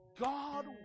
God